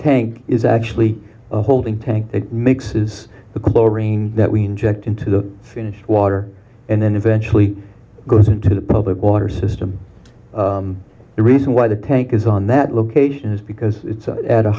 tank is actually a holding tank that mixes the chlorine that we inject into the finished water and then eventually goes into the public water system the reason why the tank is on that location is because it's